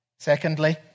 Secondly